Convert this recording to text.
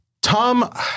Tom